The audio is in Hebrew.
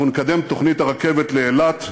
אנחנו נקדם את תוכנית הרכבת לאילת,